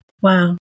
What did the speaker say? Wow